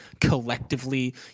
collectively